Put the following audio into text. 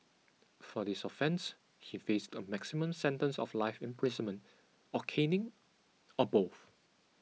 for his offence he faced a maximum sentence of life imprisonment or caning or both